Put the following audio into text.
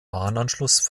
bahnanschluss